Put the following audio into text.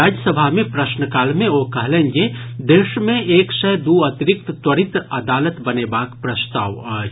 राज्य सभा मे प्रश्नकाल मे ओ कहलनि जे देश मे एक सय दू अतिरिक्त त्वरित अदालत बनेबाक प्रस्ताव अछि